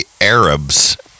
arabs